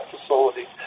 facility